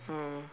mm